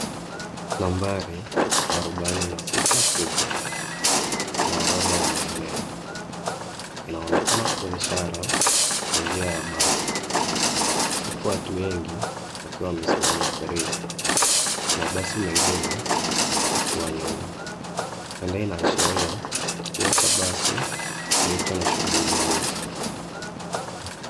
Nambari, ya arubaini na sita kubwa na orodha ya maeneo. Inaonekano kua ishara ya njia ya basi, huku watu wengi, wakiwa wamesimama karibu. Mabasi mengine, yakiwa nyuma, huenda inaashiria kituo cha basi, kilicho na shughuli nyingi.